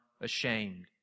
ashamed